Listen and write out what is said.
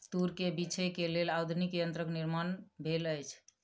तूर के बीछै के लेल आधुनिक यंत्रक निर्माण भेल अछि